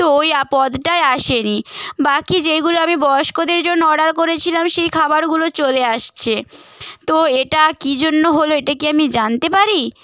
তো ওই পদটাই আসেনি বাকি যেইগুলো আমি বয়স্কদের জন্য অর্ডার করেছিলাম সেই খাবারগুলো চলে এসেছে তো এটা কি জন্য হল এটা কি আমি জানতে পারি